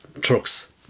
trucks